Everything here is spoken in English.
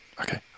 Okay